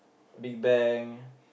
Big-Bang